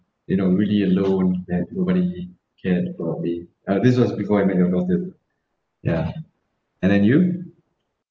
you know really alone and nobody cared about me uh this was before I met your daughter ya and then you